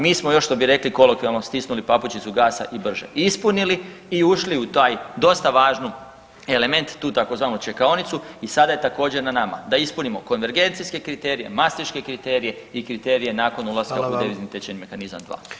Mi smo još što bi rekli kolokvijalno stisnuli papučicu gasa i brže ispunili i ušli u taj dosta važan element, tu tzv. čekaonicu i sada je također na nama da ispunimo konvergencijske kriterije, Mastriške kriterije i kriterije nakon ulaska u devizni tečajni mehanizam dva.